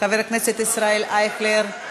חבר הכנסת ישראל אייכלר,